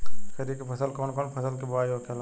खरीफ की फसल में कौन कौन फसल के बोवाई होखेला?